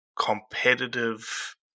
competitive